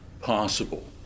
possible